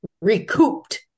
recouped